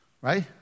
Right